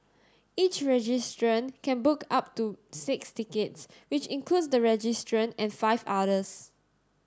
each registrant can book up to six tickets which includes the registrant and five others